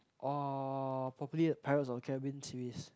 or probably Pirates of Caribbean series